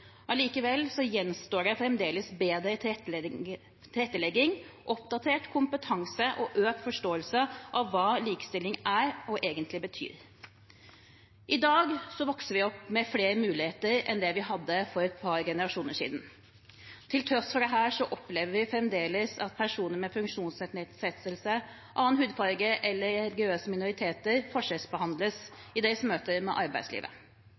gjenstår det fremdeles bedre tilrettelegging, oppdatert kompetanse og økt forståelse av hva likestilling er og egentlig betyr. I dag vokser vi opp med flere muligheter enn det vi hadde for et par generasjoner siden. Til tross for dette opplever vi fremdeles at personer som har funksjonsnedsettelser, annen hudfarge eller er religiøse minoriteter forskjellsbehandles i møte med arbeidslivet.